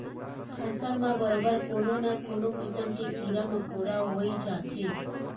फसल म बरोबर कोनो न कोनो किसम के कीरा मकोरा होई जाथे